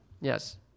Yes